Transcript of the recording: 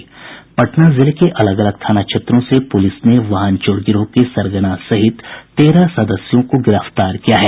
पटना जिले के अलग अलग थाना क्षेत्रों से पुलिस ने वाहन चोर गिरोह के सरगना सहित तेरह सदस्यों को गिरफ्तार किया है